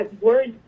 words